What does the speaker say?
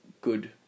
good